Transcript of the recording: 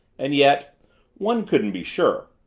and yet one couldn't be sure.